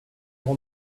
pull